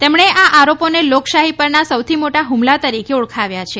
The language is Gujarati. તેમણે આ આરોપોને લોકશાહી પરના સૌથી મોટા હ્મલા તરીકે ઓળખાવ્યા છે